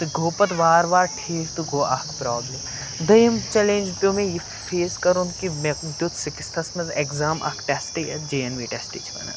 تہٕ گوٚو پَتہٕ وارٕ وارٕ ٹھیٖک تہٕ گوٚو اَکھ پرٛابلِم دٔیِم چَلینج پیٚو مےٚ یہِ فیس کَرُن کہِ مےٚ دیُت سِکِستھَس منٛز اٮ۪کزام اَکھ ٹٮ۪سٹہٕ یَتھ جے این وی ٹٮ۪سٹہٕ چھِ وَنان